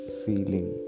feeling